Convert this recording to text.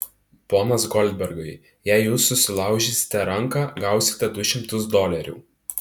ponas goldbergai jei jūs susilaužysite ranką gausite du šimtus dolerių